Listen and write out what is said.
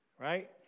Right